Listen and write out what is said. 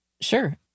Sure